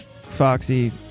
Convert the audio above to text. foxy